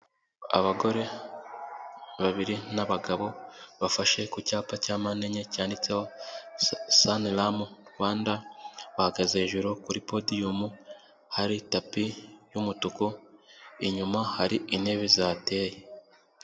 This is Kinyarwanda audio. Abagore babiri n'abagabo bafashe ku cyapa cya mande enye cyanditseho Sunlam Rwanda, bahagaze hejuru kuri podiyumu hari tapi y'umutuku inyuma hari intebe zihateye.